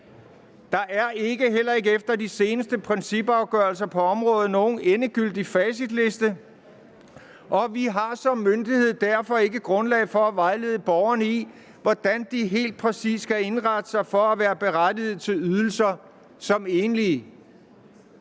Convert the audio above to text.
heller ikke efter de seneste principafgørelser på området, nogen endegyldig facitliste, og vi har som myndighed derfor ikke grundlag for at vejlede borgerne i, hvordan de helt præcis skal indrette sig for at være berettiget til ydelser som enlige.